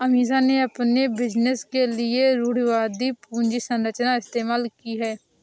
अमीषा ने अपने बिजनेस के लिए रूढ़िवादी पूंजी संरचना इस्तेमाल की है